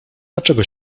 dlaczego